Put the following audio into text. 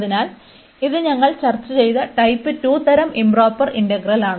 അതിനാൽ ഇതു ഞങ്ങൾ ചർച്ച ചെയ്ത ടൈപ്പ് 2 തരം ഇoപ്രൊപ്പർ ഇന്റഗ്രലാണ്